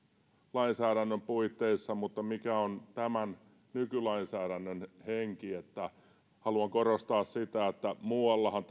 lainsäädännön puitteissa mikä on tämän nykylainsäädännön henki haluan korostaa sitä että muuallahan